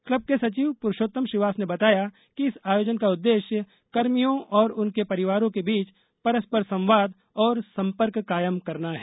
club के सचिव पुरुषोत्तम श्रीवास े ने बताया कि इस आयोजन का उद्देश्य कर्मियों और उनके परिवारों के बीच परस्पर संवाद और संपर्क कायम करना है